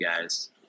guys